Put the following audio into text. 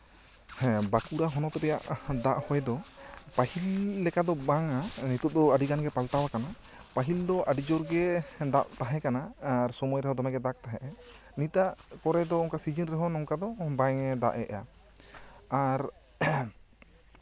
ᱦᱮᱸ ᱵᱟᱸᱠᱩᱲᱟ ᱦᱚᱱᱚᱛ ᱨᱮᱭᱟᱜ ᱫᱟᱜ ᱦᱚᱭ ᱫᱚ ᱯᱟᱹᱦᱤᱞ ᱞᱮᱠᱟ ᱫᱚ ᱵᱟᱝᱼᱟ ᱱᱤᱛᱚᱜ ᱟᱹᱰᱤ ᱜᱟᱱ ᱜᱮ ᱯᱟᱞᱴᱟᱣ ᱠᱟᱱᱟ ᱯᱟᱹᱦᱤᱞ ᱫᱚ ᱟᱹᱰᱤ ᱡᱳᱨ ᱜᱮ ᱫᱟᱜ ᱛᱟᱦᱮᱸ ᱠᱟᱱᱟ ᱟᱨ ᱥᱚᱢᱭ ᱨᱮᱦᱚᱸ ᱫᱚᱢᱮ ᱜᱮ ᱫᱟᱜ ᱛᱟᱦᱮᱸᱜ ᱮ ᱱᱤᱛ ᱟᱜ ᱯᱚᱨᱮ ᱫᱚ ᱚᱱᱠᱟ ᱥᱤᱡᱤᱱ ᱨᱮᱦᱚᱸ ᱱᱚᱝᱠᱟ ᱫᱚ ᱵᱟᱝ ᱮ ᱫᱟᱜ ᱮᱜᱼᱟ ᱟᱨ